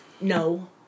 No